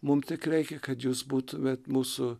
mum tik reikia kad jūs būtumėt mūsų